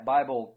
Bible